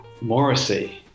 Morrissey